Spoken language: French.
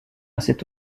cette